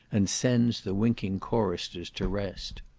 and sends the winking choristers to rest.